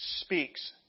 speaks